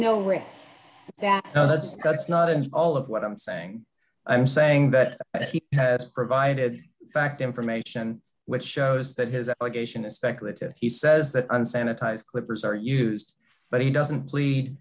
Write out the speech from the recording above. that that's that's not an all of what i'm saying i'm saying that he has provided fact information which shows that his allegation is speculative he says that unsanitized clippers are used but he doesn't plead